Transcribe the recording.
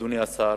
אדוני השר,